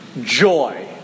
joy